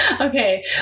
Okay